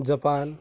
Japan